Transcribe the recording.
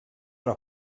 una